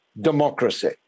democracy